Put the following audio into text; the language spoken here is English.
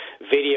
video